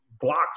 blocks